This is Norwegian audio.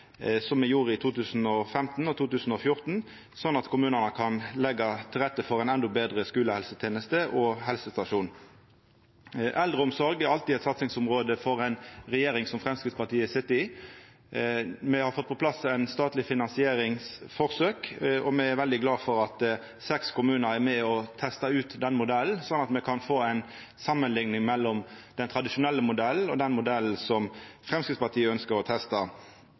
skulehelseteneste. Me styrkjer igjen som me gjorde i 2015 og 2014, sånn at kommunane kan leggja til rette for endå betre skulehelseteneste og helsestasjonar. Eldreomsorg er alltid eit satsingsområde for ei regjering Framstegspartiet sit i. Me har fått på plass eit statleg finansieringsforsøk, og me er veldig glade for at seks kommunar er med og testar ut den modellen, slik at me kan få ei samanlikning mellom den tradisjonelle modellen og den modellen Framstegspartiet ønskjer å testa.